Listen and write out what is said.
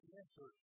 answer